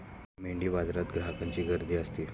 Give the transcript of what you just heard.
मेंढीबाजारात ग्राहकांची गर्दी असते